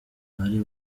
bari